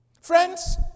Friends